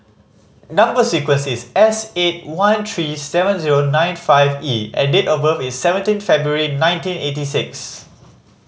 number sequence is S eight one three seven zero nine five E and date of birth is seventeen February nineteen eighty six